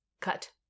Cut